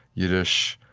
yiddish,